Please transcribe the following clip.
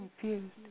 confused